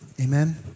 Amen